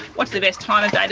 what's the best time of day to